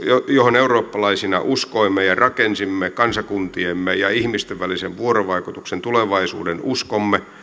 johon eurooppalaisina uskoimme ja rakensimme kansakuntiemme ja ihmisten välisen vuorovaikutuksen tulevaisuudenuskomme